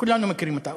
כולנו מכירים אותה,